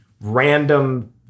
random